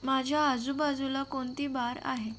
माझ्या आजूबाजूला कोणती बार आहे